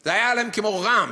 זה היה אצלם כמו רעם.